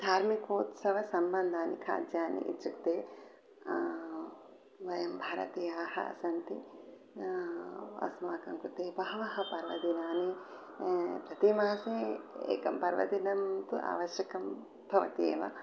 धार्मिकोत्सवसम्बन्धीनि खाद्यानि इत्युक्ते वयं भारतीयाः सन्ति अस्माकं कृते बहवः पर्वदिनानि प्रतिमासे एकं पर्वदिनं तु आवश्यकं भवति एव